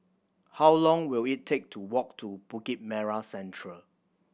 how long will it take to walk to Bukit Merah Central